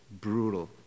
brutal